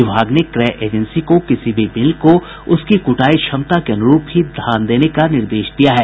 विभाग ने क्रय एजेंसी को किसी भी मिल को उसकी क्टाई क्षमता के अन्रूप ही धान देने का निर्देश दिया है